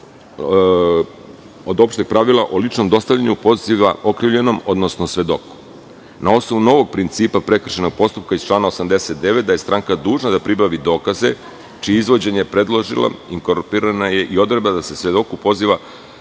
od opšteg pravila o ličnom dostavljanju poziva okrivljenom, odnosno svedoku. Na osnovu novog principa prekršajnog postupka iz člana 89. da je stranka dužna da pribavi dokaze, čije je izvođenje predložila i inkorporirana je odredba da se svedoku poziv